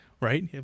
right